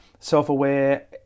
Self-aware